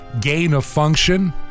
gain-of-function